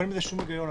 ואין בזה שום היגיון.